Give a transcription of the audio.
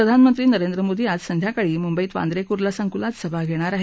प्रधानमंत्री नरेंद्र मोदी आज संध्याकाळी मुंबईत वांद्रे कुर्ला संकुलात सभा घेणार आहेत